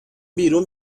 بیرون